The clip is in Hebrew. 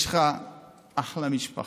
יש לך אחלה משפחה,